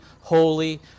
holy